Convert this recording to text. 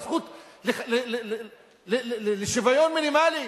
הזכות לשוויון מינימלי?